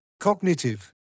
cognitive